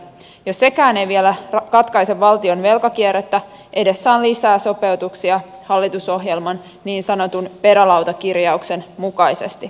jos sekään ei vielä katkaise valtion velkakierrettä edessä on lisää sopeutuksia hallitusohjelman niin sanotun perälautakirjauksen mukaisesti